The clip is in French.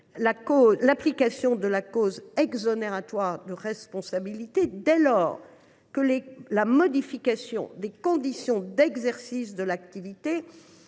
l’application de la cause exonératoire de responsabilité, dès lors que la modification des conditions d’exercice de l’activité